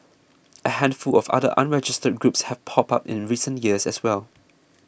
a handful of other unregistered groups have popped up in recent years as well